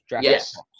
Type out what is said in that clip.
Yes